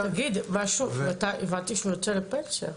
כן, הבנתי שהוא יוצא לפנסיה.